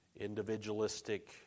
individualistic